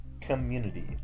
community